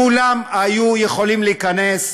כולם היו יכולים להיכנס,